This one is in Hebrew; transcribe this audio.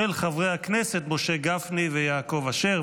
של חברי הכנסת משה גפני ויעקב אשר.